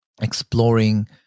exploring